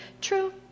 True